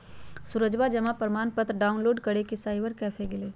सूरजवा जमा प्रमाण पत्र डाउनलोड करे साइबर कैफे गैलय